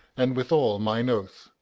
and, withal, mine oath,